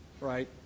right